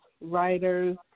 writers